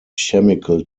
chemical